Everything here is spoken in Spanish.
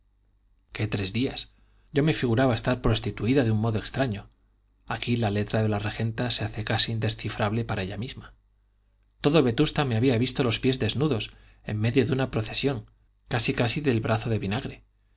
qué tres días yo me figuraba estar prostituida de un modo extraño aquí la letra de la regenta se hace casi indescifrable para ella misma todo vetusta me había visto los pies desnudos en medio de una procesión casi casi del brazo de vinagre